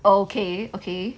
okay okay